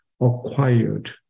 acquired